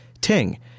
Ting